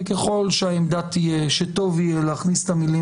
וככל שהעמדה תהיה שטוב יהיה להכניס את המילים